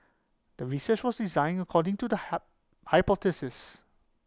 the research was designed according to the hype hypothesis